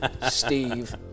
Steve